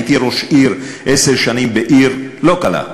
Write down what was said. הייתי ראש עיר עשר שנים בעיר לא קלה,